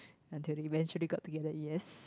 until they eventually together yes